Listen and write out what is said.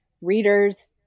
readers